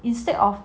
instead of